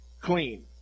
clean